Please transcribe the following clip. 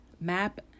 map